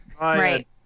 Right